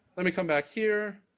let me come back here.